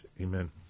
Amen